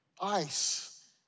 ice